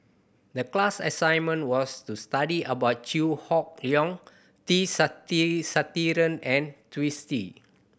the class assignment was to study about Chew Hock Leong T and Twisstii